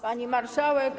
Pani Marszałek!